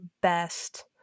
best